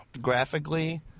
graphically